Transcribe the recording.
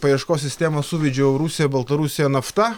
paieškos sistemą suvedžiau rusija baltarusija nafta